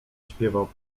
śpiewał